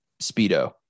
speedo